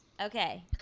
okay